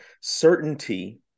certainty